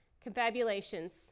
Confabulations